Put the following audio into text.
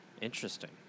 Interesting